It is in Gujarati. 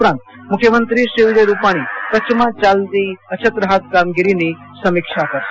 ઉપરાંત મખ્યમંત્રી શ્રી વિજય રૂપાણી કચ્છમાં ચાલતી અછત રાહત કામગીરીની સમિક્ષા કરશે